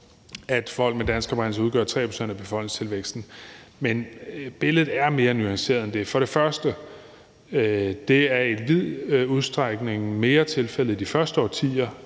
at folk med dansk oprindelse udgør 3 pct. af befolkningstilvæksten, men billedet er mere nuanceret end det. For det første er det i vid udstrækning mere tilfældet i de første årtier